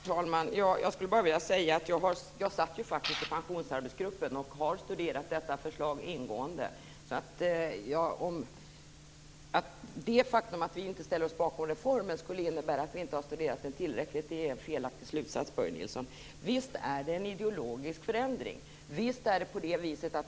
Herr talman! Jag skulle bara vilja säga att jag satt ju faktiskt i pensionsarbetsgruppen. Jag har studerat detta förslag ingående. Att det faktum att vi inte ställer oss bakom reformen skulle innebära att vi inte har studerat den tillräckligt är en felaktig slutsats, Börje Nilsson. Visst är det en ideologisk förändring. Visst är det på det viset.